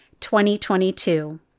2022